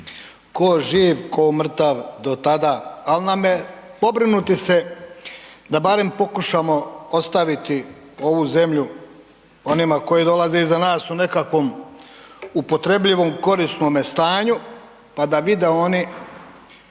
Ko živ, ko mrtav do tada ali nam je pobrinuti se da barem pokušamo ostaviti ovu zemlju onima kojima dolaze iza nas u nekakvom upotrebljivom, korisnome stanju pa da vide oni